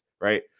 right